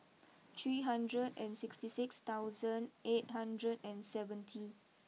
three hundred and sixty six thousand eight hundred and seventy